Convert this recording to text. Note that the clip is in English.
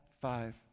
five